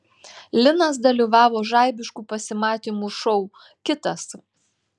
linas dalyvavo žaibiškų pasimatymų šou kitas